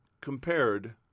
compared